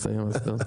צעיר.